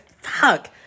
Fuck